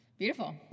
Beautiful